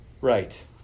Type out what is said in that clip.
Right